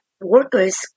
workers